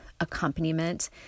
accompaniment